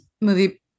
movie